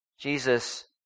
Jesus